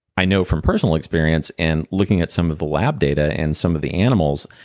i know from personal experience, and looking at some of the lab data in some of the animals,